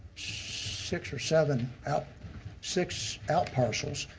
six or seven out six out passions.